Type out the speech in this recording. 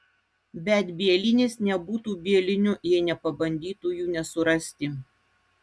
bet bielinis nebūtų bieliniu jei nepabandytų jų nesurasti